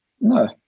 No